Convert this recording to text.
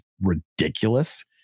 ridiculous